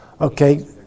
Okay